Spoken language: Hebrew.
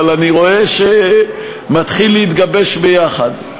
אבל אני רואה שמתחיל להתגבש ביחד.